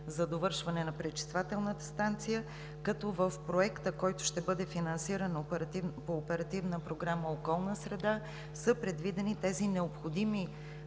за довършване на пречиствателната станция, като в проекта, който ще бъде финансиран по Оперативна програма „Околна среда“, са предвидени тези необходими